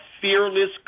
fearless